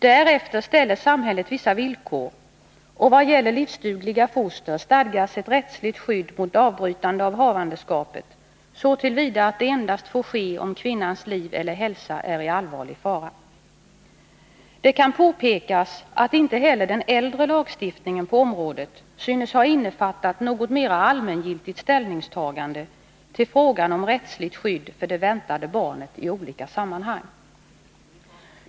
Därefter ställer samhället vissa villkor, och vad gäller livsdugliga foster stadgas ett rättsligt skydd mot avbrytande av havandeskapet så till vida att det endast får ske om kvinnans liv eller hälsa är i allvarlig fara. Det kan påpekas att inte heller den äldre lagstiftningen på området synes ha innefattat något mera allmängiltigt ställningstagande till frågan om rättsligt skydd för det väntade barnet i olika sammanhang.